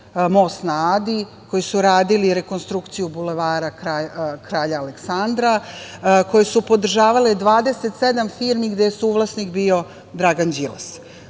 most na Adi, koji su radili rekonstrukciju Bulevara Kralja Aleksandra, koje su podržavali 27 firmi gde je suvlasnik bio Dragan Đilas. Znači